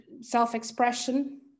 self-expression